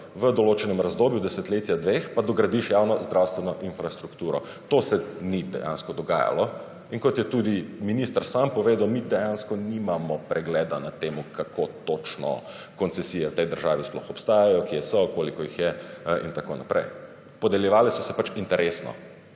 v določenem razdobju, desetletja, dveh, pa dogradiš javno zdravstveno infrastrukturo. To se ni dejansko dogajalo. In kot je tudi minister samo povedal, mi dejansko nimamo pregleda nad temu, kako točno koncesije v tej državi sploh obstajajo, kje so, koliko jih je in tako naprej. Podeljevale so se pač interesno,